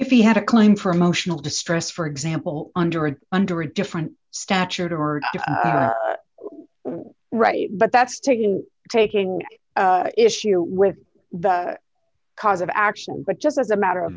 if he had a claim for emotional distress for example under it under a different statute or right but that's taking it taking issue with the cause of action but just as a matter of